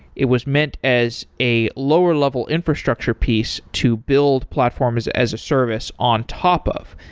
it was meant as a lower level infrastructure piece to build platforms as a service on top of,